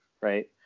right